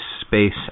space